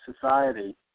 society